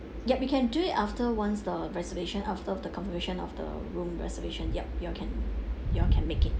yup you can do it after once the reservation after the confirmation of the room reservation yup you all can you all can make it